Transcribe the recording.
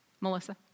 Melissa